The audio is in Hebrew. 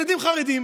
ילדים חרדים.